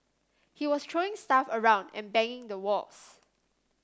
he was throwing stuff around and banging the walls